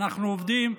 אנחנו עובדים,